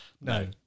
no